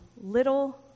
little